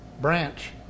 branch